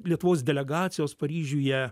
lietuvos delegacijos paryžiuje